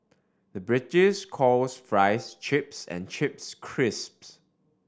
the British calls fries chips and chips crisps